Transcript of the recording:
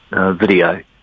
video